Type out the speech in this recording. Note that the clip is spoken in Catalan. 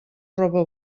roba